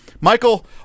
Michael